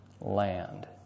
land